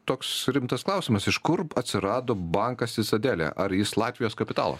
toks rimtas klausimas iš kur atsirado bankas cicadelė ar jis latvijos kapitalo